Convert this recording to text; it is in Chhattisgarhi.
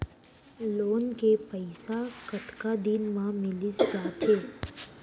लोन के पइसा कतका दिन मा मिलिस जाथे?